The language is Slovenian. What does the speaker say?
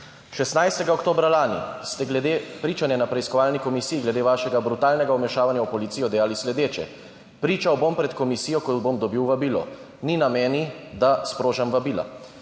16. oktobra lani ste glede pričanja na preiskovalni komisiji glede vašega brutalnega vmešavanja v policijo dejali sledeče: »Pričal bom pred komisijo, ko bom dobil vabilo. Ni na meni, da sprožam vabila.«